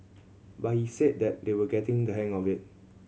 but he said that they will getting the hang of it